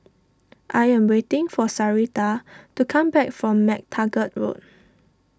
I am waiting for Sarita to come back from MacTaggart Road